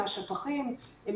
דבר שני.